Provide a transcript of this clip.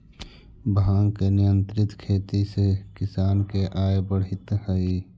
भाँग के नियंत्रित खेती से किसान के आय बढ़ित हइ